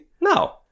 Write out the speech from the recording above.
No